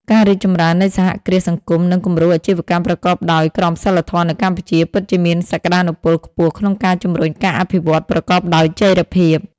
ការរីកចម្រើននៃសហគ្រាសសង្គម និងគំរូអាជីវកម្មប្រកបដោយក្រមសីលធម៌នៅកម្ពុជា ពិតជាមានសក្ដានុពលខ្ពស់ក្នុងការជំរុញការអភិវឌ្ឍប្រកបដោយចីរភាព ។